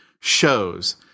shows